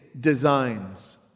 designs